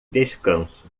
descanso